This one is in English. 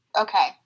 Okay